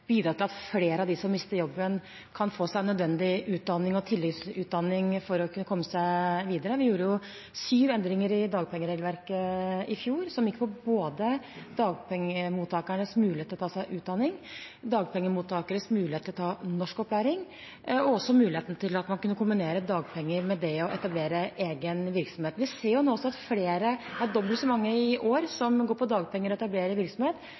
til at flere av dem som mister jobben, kan få seg nødvendig utdanning og tilleggsutdanning for å kunne komme seg videre. Vi gjorde syv endringer i dagpengeregelverket i fjor, som gikk på både dagpengemottakernes mulighet til å ta seg utdanning, dagpengemottakernes mulighet til å ta norskopplæring og muligheten til å kunne kombinere dagpenger med det å etablere egen virksomhet. Vi ser nå at det er flere – dobbelt så mange i år som i fjor – som går på dagpenger og etablerer virksomhet.